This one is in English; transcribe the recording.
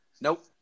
Nope